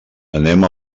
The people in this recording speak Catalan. anem